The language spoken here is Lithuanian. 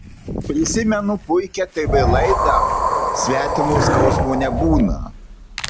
prisimenu puikią tv laidą svetimo skausmo nebūna